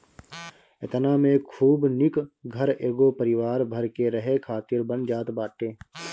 एतना में खूब निक घर एगो परिवार भर के रहे खातिर बन जात बाटे